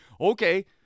Okay